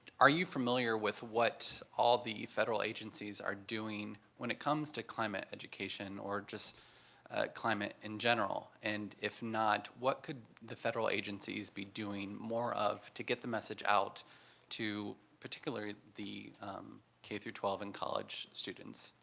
are you familiar with what all the federal agencies are doing when it comes to climate education or just climate in general, and if not, what could the federal agencies be doing more of to get the message out to, particularly the k through twelve and college students,